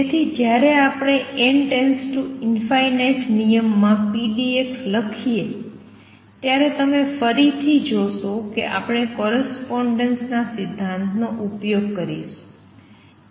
તેથી જ્યારે આપણે n→ ∞ નિયમ માં pdx લખીએ ત્યારે તમે ફરીથી જોશો કે આપણે કોરસ્પોંડેન્સ ના સિદ્ધાંતનો ઉપયોગ કરીશું